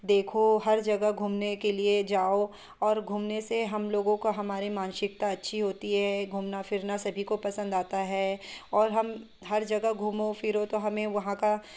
देखो हर जगह घूमने के लिए जाओ और घूमने से हम लोगों का हमारे मानसिकता अच्छी होती है घूमना फिरना सभी को पसंद आता है और हम हर जगह घुमो फिरो तो हमें वहाँ का